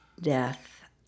death